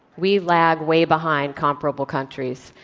we lag way behind comparable countries.